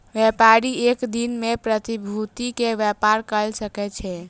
व्यापारी एक दिन में प्रतिभूति के व्यापार कय सकै छै